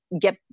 get